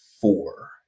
four